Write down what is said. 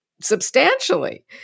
substantially